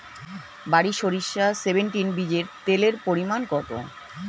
বারি সরিষা সেভেনটিন বীজে তেলের পরিমাণ কত?